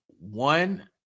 one